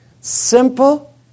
simple